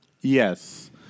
Yes